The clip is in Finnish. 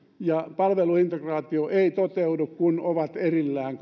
ja palveluintegraatio ei toteudu kun kaikki ovat erillään